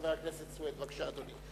חבר הכנסת חנא סוייד, בבקשה, אדוני.